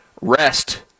rest